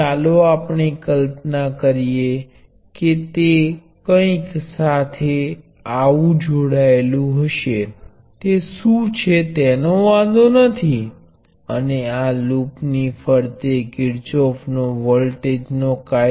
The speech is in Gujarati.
ચાલો હું બે ઇન્ડક્ટર L1 અને L2 થી પ્રારંભ કરું છું અને અહીંયા વ્યક્તિગત વોલ્ટેજ V1 અને V2 છે